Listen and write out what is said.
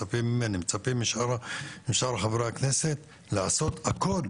מצפים ממני ומשאר חברי הכנסת לעשות הכול